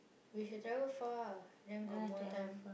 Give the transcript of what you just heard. we should travel far then got more time